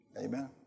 Amen